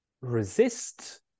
resist